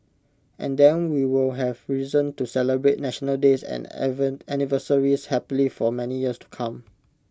and then we'll have reason to celebrate national days and anniversaries happily for many years to come